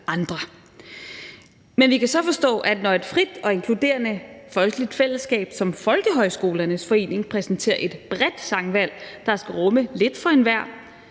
Men vi kan så forstå, at når et frit og inkluderende folkeligt fællesskab som Folkehøjskolernes Forening præsenterer et bredt sangvalg, der skal rumme lidt for enhver,